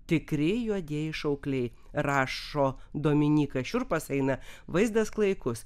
tikri juodieji šaukliai rašo dominyka šiurpas eina vaizdas klaikus